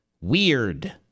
Weird